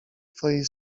twojej